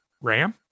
ram